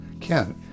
ken